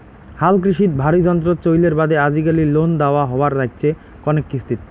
হালকৃষিত ভারী যন্ত্রর চইলের বাদে আজিকালি লোন দ্যাওয়া হবার নাইগচে কণেক কিস্তিত